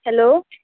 hello